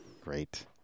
great